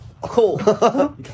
cool